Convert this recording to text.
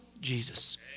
Jesus